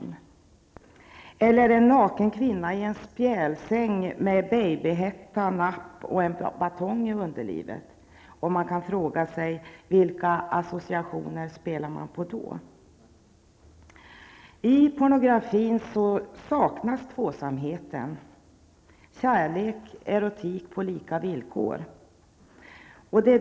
Ett annat exempel är en naken kvinna i en spjälsäng med babyhätta, napp och en batong i underlivet. Vilka associationer spelar man på då? I pornografin saknas tvåsamheten, kärlek och erotik på lika villkor.